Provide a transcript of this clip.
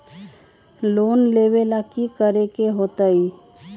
Loan लेवेला की करेके होतई?